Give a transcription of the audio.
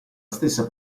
stessa